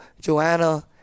Joanna